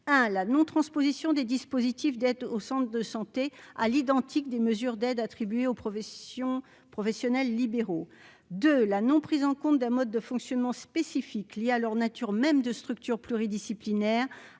la non-transposition des dispositifs d'aide au Centre de santé à l'identique des mesures d'aides attribuées aux professions professionnels libéraux de la non prise en compte d'un mode de fonctionnement spécifique lié à leur nature même de structures pluridisciplinaires